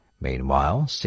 Meanwhile